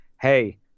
hey